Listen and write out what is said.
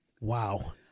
Wow